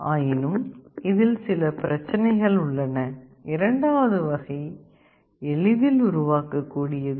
ஆயினும் இதில் சில பிரச்சனைகள் உள்ளன இரண்டாவது வகை எளிதில் உருவாக்கக்கூடியது